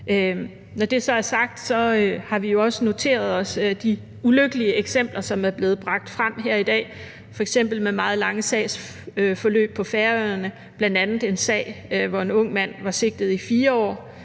Når det så er sagt, har vi jo også noteret os de ulykkelige eksempler, som er blevet bragt frem her i dag f.eks. med meget lange sagsforløb på Færøerne. Der er bl.a. en sag, hvor en ung mand var sigtet i 4 år,